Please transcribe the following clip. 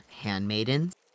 handmaidens